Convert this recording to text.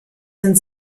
sind